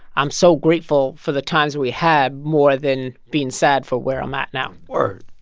i'm so grateful for the times we had more than being sad for where i'm at now word.